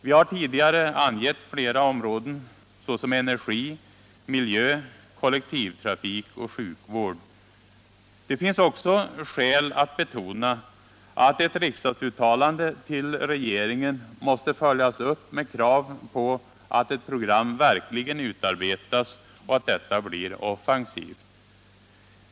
Vi har tidigare angett flera områden såsom energi, miljö, kollektivtrafik och sjukvård. Det finns också skäl att betona att ett riksdagsuttalande till regeringen måste följas upp med krav på att ett program verkligen utarbetas och att detta blir offensivt.